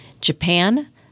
Japan